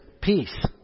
peace